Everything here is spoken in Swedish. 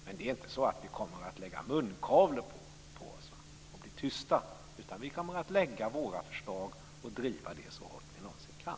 Men det är inte så att vi kommer att lägga munkavle på oss och bli tysta. Vi kommer att lägga fram våra förslag och driva dem så hårt vi någonsin kan.